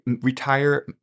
Retire